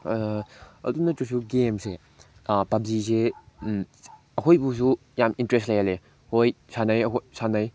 ꯑꯗꯨ ꯅꯠꯇ꯭ꯔꯁꯨ ꯒꯦꯝꯁꯦ ꯄꯞꯖꯤꯁꯦ ꯑꯩꯈꯣꯏꯕꯨꯁꯨ ꯌꯥꯝ ꯏꯟꯇꯔꯦꯁ ꯂꯩꯍꯜꯂꯦ ꯍꯣꯏ ꯁꯥꯟꯅꯩ ꯁꯥꯟꯅꯩ